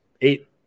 eight